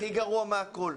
הגרוע מכל.